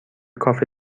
کافه